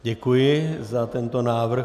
Děkuji za tento návrh.